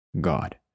God